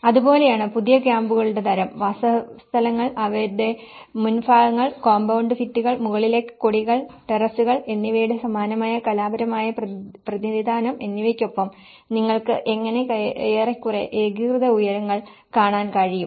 അതുപോലെയാണ് പുതിയ ക്യാമ്പുകളുടെ തരം വാസസ്ഥലങ്ങൾ അവയുടെ മുൻഭാഗങ്ങൾ കോമ്പൌണ്ട് ഭിത്തികൾ മുകളിലെ കൊടികൾ ടെറസുകൾ എന്നിവയുടെ സമാനമായ കലാപരമായ പ്രതിനിധാനം എന്നിവയ്ക്കൊപ്പം നിങ്ങൾക്ക് എങ്ങനെ ഏറെക്കുറെ ഏകീകൃത ഉയരങ്ങൾ കാണാൻ കഴിയും